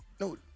No